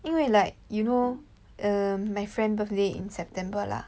因为 like you know um my friend birthday in September lah